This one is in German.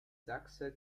sachse